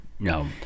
No